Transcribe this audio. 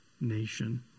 nation